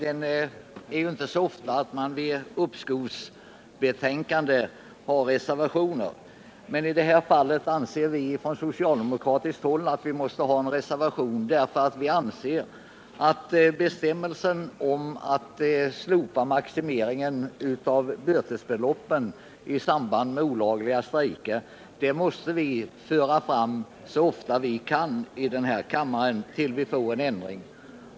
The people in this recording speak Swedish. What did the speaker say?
Herr talman! Det är inte ofta man fogar reservationer till ett uppskovsbetänkande, men i det här fallet anser vi socialdemokrater att vi måste reservera oss. Bestämmelsen om att slopa maximeringen av bötesstraffet i samband med olagliga strejker anser vi nämligen att vi måste föra fram så ofta vi kan i den här kammaren ända tills vi får en ändring till stånd.